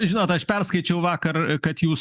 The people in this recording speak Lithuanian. žinot aš perskaičiau vakar kad jūs